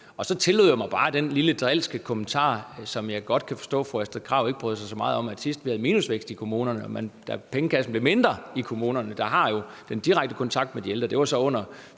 Så tillod jeg mig bare den lille drilske kommentar, som jeg godt kan forstå at fru Astrid Krag ikke bryder sig så meget om, nemlig at sidst, vi havde minusvækst i kommunerne, altså da pengekassen blev mindre i kommunerne, der jo har den direkte kontakt med de ældre,